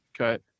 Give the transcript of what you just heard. Okay